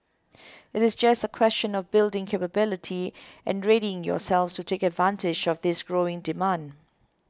it's just a question of building capability and readying yourselves to take advantage of this growing demand